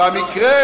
במקרה